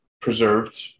preserved